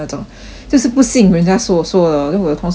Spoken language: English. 就是不信人家所说的 orh then 我的同事就很